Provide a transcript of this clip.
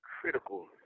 critical